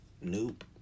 Nope